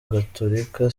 gatolika